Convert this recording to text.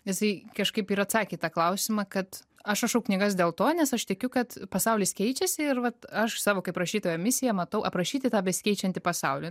jisai kažkaip ir atsakė į tą klausimą kad aš rašau knygas dėl to nes aš tikiu kad pasaulis keičiasi ir vat aš savo kaip rašytojo misiją matau aprašyti tą besikeičiantį pasaulį